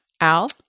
Al